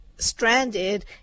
stranded